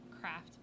craft